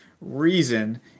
reason